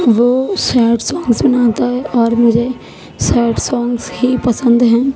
وہ sad song سناتا ہے اور مجھے سیڈ سونگس ہی پسند ہیں